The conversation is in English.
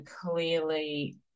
clearly